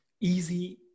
easy